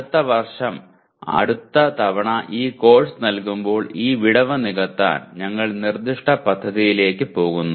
അടുത്ത വർഷംഅടുത്ത തവണ ഈ കോഴ്സ് നൽകുമ്പോൾ ഈ വിടവ് നികത്താൻ ഞങ്ങൾ നിർദ്ദിഷ്ട പദ്ധതിയിലേക്ക് പോകുന്നു